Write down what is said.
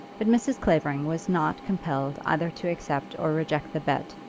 but mrs. clavering was not compelled either to accept or reject the bet,